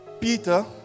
Peter